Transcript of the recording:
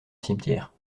cimetière